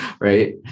Right